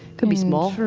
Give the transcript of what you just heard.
could be small.